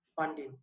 funding